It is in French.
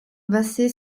basée